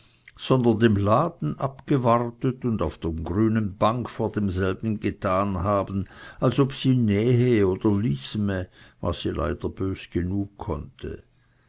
sondern dem laden abgewartet und auf der grünen bank vor demselben getan haben als ob sie nähe oder lisme was sie beides bös genug konnte